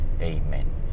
Amen